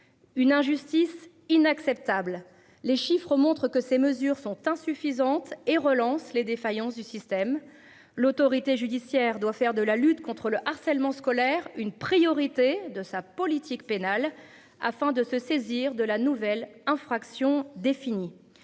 Une injustice inacceptable. Les chiffres montrent que ces mesures sont insuffisantes et relance les défaillances du système. L'autorité judiciaire doit faire de la lutte contre le harcèlement scolaire une priorité de sa politique pénale afin de se saisir de la nouvelle infraction définie